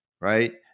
right